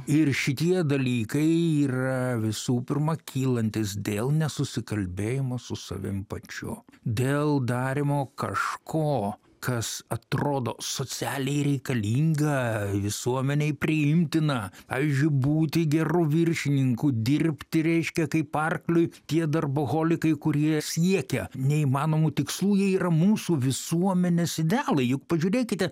ir šitie dalykai yra visų pirma kylantys dėl nesusikalbėjimo su savim pačiu dėl darymo kažko kas atrodo socialiai reikalinga visuomenei priimtina pavyzdžiui būti geru viršininku dirbti reiškia kaip arkliui tie darboholikai kurie siekia neįmanomų tikslų jie yra mūsų visuomenės idealai juk pažiūrėkite